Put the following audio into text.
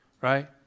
right